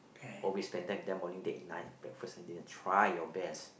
always back take them only date night breakfast and then try your best